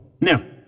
Now